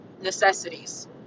necessities